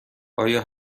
آیا